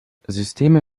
systeme